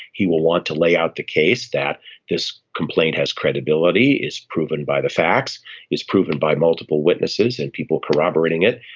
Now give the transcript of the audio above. he will want to lay out the case that this complaint has credibility is proven by the facts is proven by multiple witnesses and people corroborating it.